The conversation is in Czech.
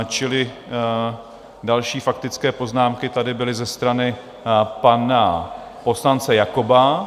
Čili další faktické poznámky tady byly ze strany pana poslance Jakoba.